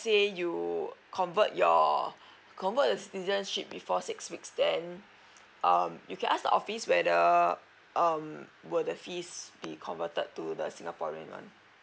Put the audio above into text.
say you convert your convert your citizenship before sixth weeks then um you can ask the office whether um will the fees be converted to the singaporean one